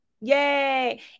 Yay